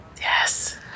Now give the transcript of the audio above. Yes